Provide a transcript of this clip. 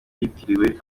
yitiriwe